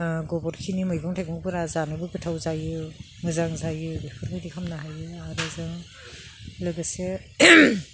गोबोरखिनि मैगं थाइगंफोरा जानोबो गोथाव जायो मोजां जायो बेफोरबायदि खालामनो हायो आरो जों लोगोसे